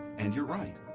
and you're right,